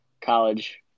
college